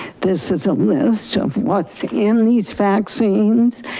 this is a list of what's in these vaccines.